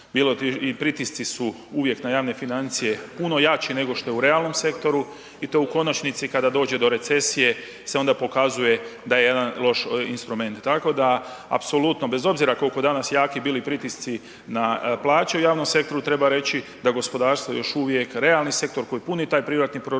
i pritisci su uvijek na javne financije puno jači nego što je u realnom sektoru i to u konačnici kada dođe do recesije se onda pokazuje da je jedan loš instrument, tako da apsolutno bez obzira koliko danas jaki bili pritisci na plaće u javnom sektoru, treba reći da je gospodarstvo još uvijek realni sektor koji puni taj privatni proračun,